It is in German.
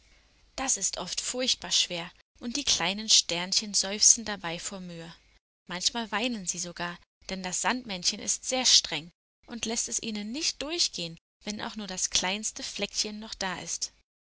das ist oft furchtbar schwer und die kleinen sternchen seufzen dabei vor mühe manchmal weinen sie sogar denn das sandmännchen ist sehr streng und läßt es ihnen nicht durchgehen wenn auch nur das kleinste fleckchen noch da ist